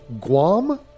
Guam